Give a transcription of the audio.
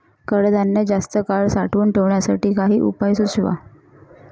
कडधान्य जास्त काळ साठवून ठेवण्यासाठी काही उपाय सुचवा?